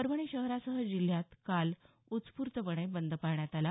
परभणी शहरासह जिल्ह्यात काल उत्स्फूर्तपणे बंद पाळण्यात आला